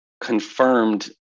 confirmed